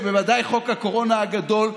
ובוודאי חוק קורונה הגדול,